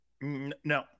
No